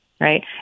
Right